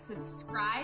subscribe